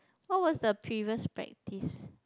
what was the previous practice